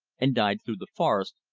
and died through the forest,